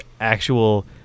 actual